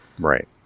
right